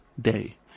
day